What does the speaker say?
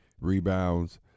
rebounds